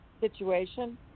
situation